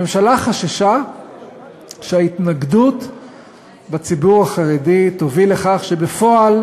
הממשלה חששה שההתנגדות בציבור החרדי תוביל לכך שבפועל